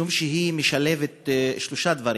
משום שהיא משלבת שלושה דברים: